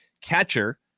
catcher